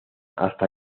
hasta